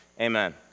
Amen